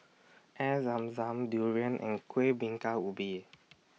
Air Zam Zam Durian and Kueh Bingka Ubi